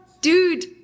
dude